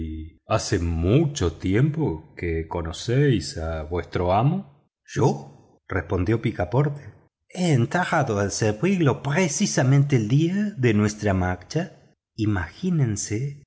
hace mucho tiempo que conocéis a vuestro amo yo respondió picaporte he entrado a servirle precisamente el día de nuestra marcha imagínese